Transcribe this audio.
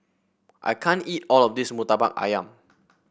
I can't eat all of this murtabak ayam